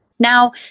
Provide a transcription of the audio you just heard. Now